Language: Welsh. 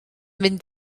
fynd